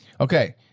Okay